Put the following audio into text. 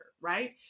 Right